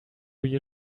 you